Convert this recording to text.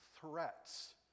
threats